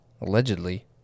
allegedly